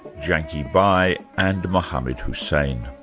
janki bai and mohammed hussain.